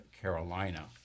Carolina